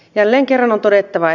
jälleen kerran on todettava